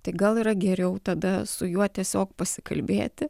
tai gal yra geriau tada su juo tiesiog pasikalbėti